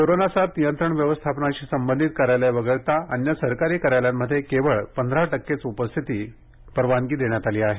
corona साथ नियंत्रण व्यवस्थापनाशी संबंधित कार्यालयं वगळता अन्य सरकारी कार्यालयांमध्ये केवळ पंधरा टक्केच उपस्थितीला परवानगी देण्यात आली आहे